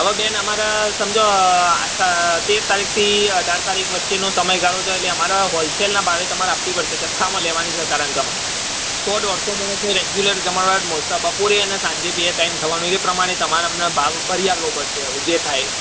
હવે બેન અમારે સમજો એ તેર તારીખ થી અઢાર તારીખ વચ્ચેનો સમયગાળો છ એટલે અમારે હોલસેલના ભાવે તમારે આપવી પડશે જથ્થામાં લેવાની છે કારણ કે અમારે સો દોઢસો માણસનું રેગ્યુલર જમણવાર મોસ્ટ બપોરે અને સાંજે બે ટાઈમ થવાનું એ પ્રમાણે તમારે અમને ભાવ ભરી આપવો પડશે હવે જે થાય એ